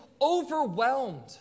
overwhelmed